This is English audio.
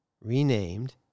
renamed